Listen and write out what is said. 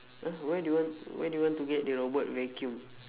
!huh! why do you want where do you want to get the robot vacuum